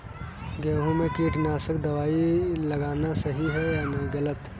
गेहूँ में कीटनाशक दबाई लगाना सही है या गलत?